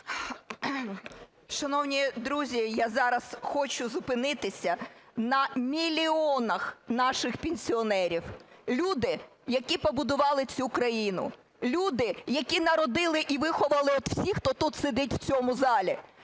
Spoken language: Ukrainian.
Шановні друзі, я зараз хочу зупинитися на мільйонах наших пенсіонерів. Люди, які побудували цю країну, люди, які народили і виховали всіх, хто тут сидить в цьому залі,